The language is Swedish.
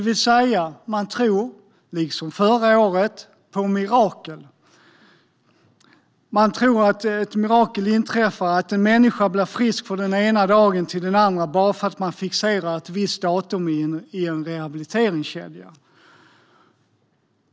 Man tror alltså, liksom förra året, på mirakel: att en människa blir frisk från den ena dagen till den andra bara för att man fixerar ett visst datum i en rehabiliteringskedja.